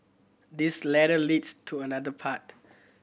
this ladder leads to another path